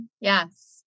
yes